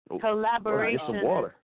Collaboration